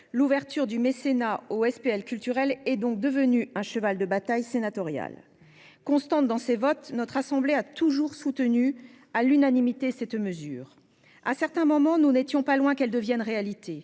L'ouverture du mécénat aux SPL culturelles est donc devenue un cheval de bataille sénatorial. Constante dans ses votes, notre assemblée a toujours soutenu, à l'unanimité, cette mesure. À certains moments, nous n'étions pas loin qu'elle devienne réalité,